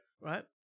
Right